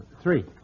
three